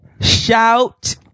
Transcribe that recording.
shout